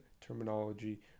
terminology